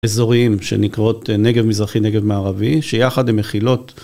אזורים שנקראות נגב מזרחי, נגב מערבי, שיחד הם מכילות..